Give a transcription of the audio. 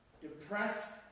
depressed